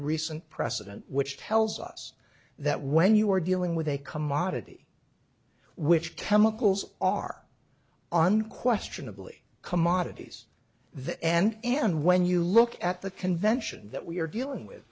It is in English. recent precedent which tells us that when you're dealing with a commodity which chemicals are unquestionably commodities the end and when you look at the convention that we're dealing with